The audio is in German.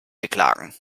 beklagen